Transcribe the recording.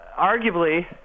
Arguably